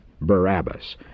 Barabbas